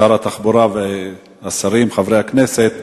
שר התחבורה והשרים, חברי הכנסת,